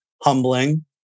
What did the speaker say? humbling